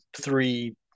three